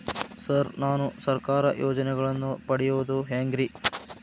Sir ನಾನು ಸರ್ಕಾರ ಯೋಜೆನೆಗಳನ್ನು ಪಡೆಯುವುದು ಹೆಂಗ್ರಿ?